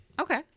Okay